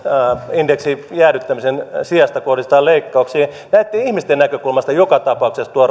indeksin jäädyttämisen sijasta kohdistetaan leikkauksia on että näitten pienituloisten ihmisten näkökulmasta joka tapauksessa tuo